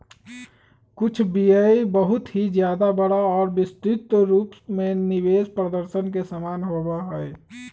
कुछ व्यय बहुत ही ज्यादा बड़ा और विस्तृत रूप में निवेश प्रदर्शन के समान होबा हई